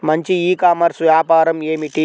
మంచి e commerce వ్యాపారం ఏమిటీ?